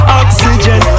oxygen